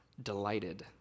delighted